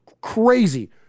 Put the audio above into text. crazy